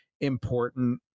important